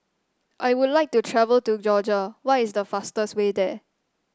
I would like to travel to Georgia what is the fastest way there